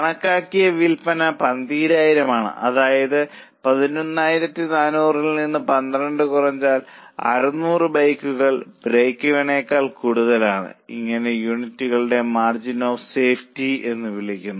കണക്കാക്കിയ വിൽപ്പന 12000 ആണ് അതായത് 11400 ൽ നിന്ന് 12 കുറച്ചാൽ 600 ബൈക്കുകൾ ബ്രേക്ക് ഇവനെക്കാൾ കൂടുതലാണ് ഇതിനെ യൂണിറ്റുകളിൽ മാർജിൻ ഓഫ് സേഫ്റ്റി എന്ന് വിളിക്കുന്നു